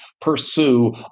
pursue